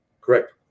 correct